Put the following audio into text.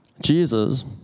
Jesus